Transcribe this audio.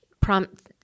prompt